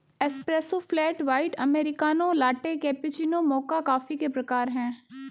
espresso, flat white, americano, latte, cappuccino, mocha coffee के प्रकार हैं